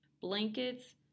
blankets